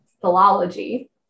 philology